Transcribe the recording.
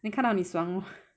你看到你爽咯